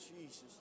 Jesus